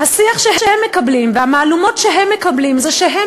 השיח שהם מקבלים והמהלומות שהם מקבלים זה שהם